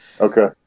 okay